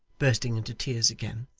bursting into tears again.